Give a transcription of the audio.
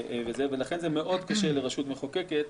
לכן זה מאוד קשה לרשות מחוקקת